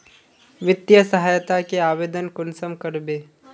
वित्तीय सहायता के आवेदन कुंसम करबे?